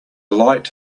light